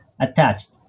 attached